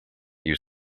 use